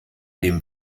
dem